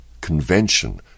Convention